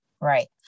right